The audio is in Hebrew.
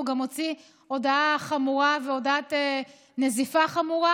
הוא גם הוציא הודעת נזיפה חמורה.